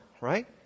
right